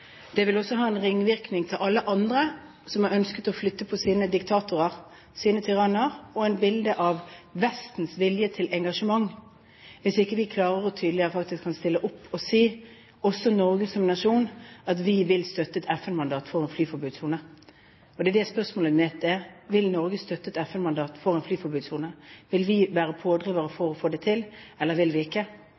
Det vil også ha en ringvirkning for alle andre som har ønsket å flytte på sine diktatorer, sine tyranner, og gi et bilde av Vestens vilje til engasjement, hvis vi ikke klarer å stille tydelig opp og si at Norge som nasjon vil støtte et FN-mandat for en flyforbudssone. Det er det som er spørsmålet mitt: Vil Norge støtte et FN-mandat for en flyforbudssone? Vil vi være pådrivere for å få det til, eller vil vi ikke?